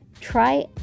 try